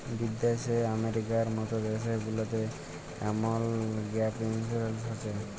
বিদ্যাশে আমেরিকার মত দ্যাশ গুলাতে এমল গ্যাপ ইলসুরেলস হছে